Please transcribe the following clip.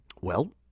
Well